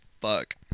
fuck